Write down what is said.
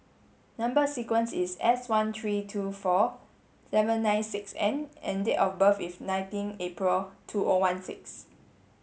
number sequence is S one three two four seven nine six N and date of birth is nineteen April two O one six